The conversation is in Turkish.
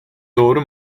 doğru